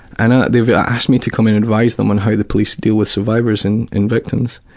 and ah they've yeah asked me to come and advise them on how the police deal with survivors and and victims.